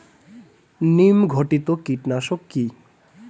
নিম ঘটিত কীটনাশক কি?